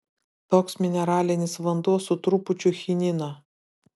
toks mineralinis vanduo su trupučiu chinino